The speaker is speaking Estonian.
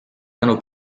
tänu